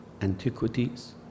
antiquities